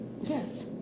Yes